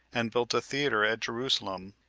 and built a theater at jerusalem,